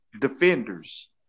defenders